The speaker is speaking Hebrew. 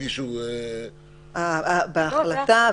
בהחלטה,